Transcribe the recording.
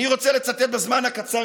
אני רוצה לצטט בזמן הקצר,